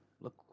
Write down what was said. Look